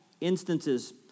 instances